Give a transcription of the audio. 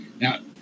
Now